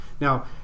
Now